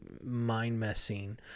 mind-messing